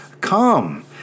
come